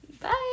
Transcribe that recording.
Bye